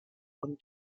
und